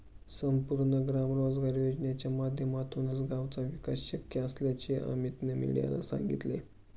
संपूर्ण ग्राम रोजगार योजनेच्या माध्यमातूनच गावाचा विकास शक्य असल्याचे अमीतने मीडियाला सांगितले